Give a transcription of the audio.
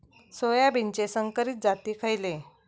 सोयाबीनचे संकरित जाती खयले?